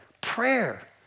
prayer